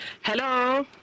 Hello